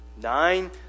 Nine